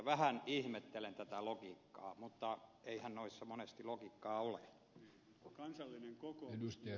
vähän ihmettelen tätä logiikkaa mutta eihän noissa monesti logiikkaa ole